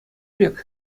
пек